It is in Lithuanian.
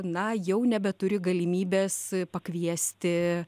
na jau nebeturi galimybės pakviesti